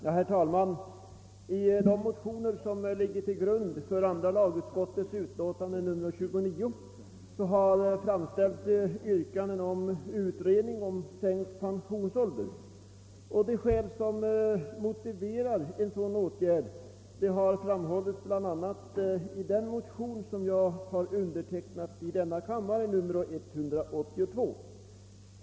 Herr talman! I de motioner som lig ger till grund för andra lagutskottets utlåtande nr 29 har framställts yrkanden om utredning av frågan om sänkt pensionsålder. De skäl som motiverar en sådan åtgärd har framhållits i bl.a. motion nr 182 i denna kammare, som jag här undertecknat.